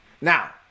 Now